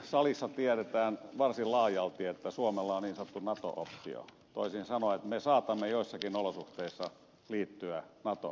täällä salissa tiedetään varsin laajalti että suomella on niin sanottu nato optio toisin sanoen me saatamme joissakin olosuhteissa liittyä natoon